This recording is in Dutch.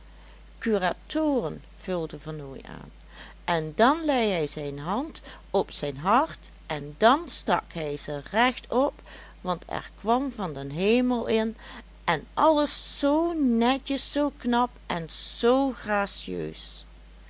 curatoren vulde vernooy aan en dan lei hij zijn hand op zijn hart en dan stak hij ze rechtop want er kwam van den hemel in en alles z netjes z knap en z gracieus